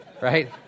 Right